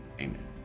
Amen